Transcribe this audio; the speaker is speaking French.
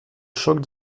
choc